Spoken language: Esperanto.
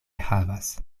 havas